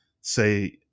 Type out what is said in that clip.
say